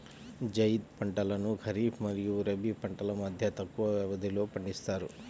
జైద్ పంటలను ఖరీఫ్ మరియు రబీ పంటల మధ్య తక్కువ వ్యవధిలో పండిస్తారు